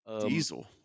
diesel